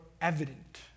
evident